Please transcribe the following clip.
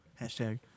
Hashtag